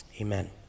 amen